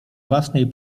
własnej